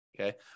Okay